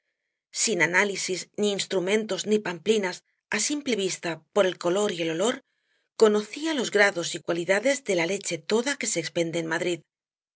sin análisis ni instrumentos ni pamplinas á simple vista por el color y el olor conocía los grados y cualidades de la leche toda que se expende en madrid